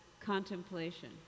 contemplation